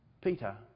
Peter